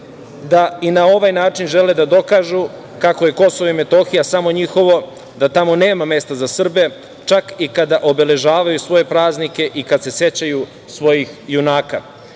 da i na ovaj način žele da dokažu kako je Kosovo i Metohija samo njihovo, da tamo nema mesta za Srbe, čak i kada obeležavaju svoje praznike i kada se sećaju svojih junaka.